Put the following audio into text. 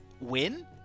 win